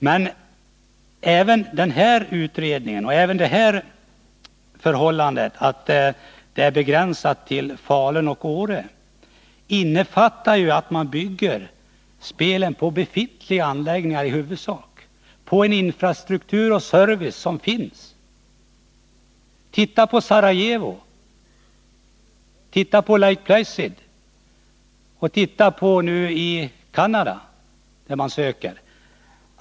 Men även denna utredning och detta förhållande att spelen är begränsade till Falun och Åre innefattar att man i huvudsak bygger spelen på befintliga anläggningar, på en infrastruktur och en service som finns. Titta på Sarajevo, Lake Placid och Canada, som nu ansöker om OS!